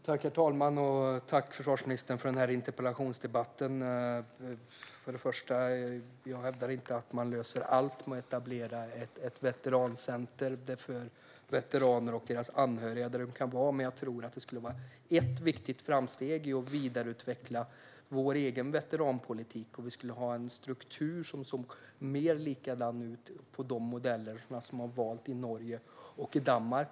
Herr talman! Tack, försvarsministern, för denna interpellationsdebatt! Jag hävdar inte att man löser allt med att etablera ett veterancenter där veteraner och deras anhöriga kan vara, men jag tror att det skulle vara ett viktigt framsteg i att vidareutveckla vår veteranpolitik. Då skulle vi ha en struktur som är mer lik de modeller som man har valt i Norge och Danmark.